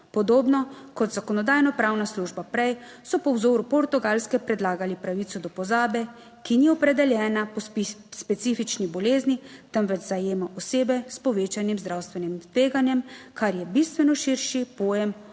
Zakonodajno-pravna služba prej so po vzoru Portugalske predlagali pravico do pozabe, ki ni opredeljena specifični bolezni, temveč zajema osebe s povečanim zdravstvenim tveganjem, kar je bistveno širši pojem od